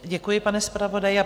Děkuji, pane zpravodaji.